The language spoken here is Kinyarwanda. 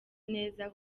neza